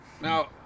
Now